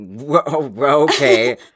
Okay